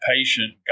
patient